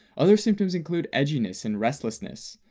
other symptoms include edginess and restlessness,